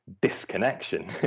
disconnection